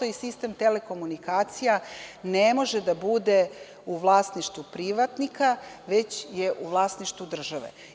Sistem telekomunikacija, takođe, ne može da bude u vlasništvu privatnika, već je u vlasništvu države.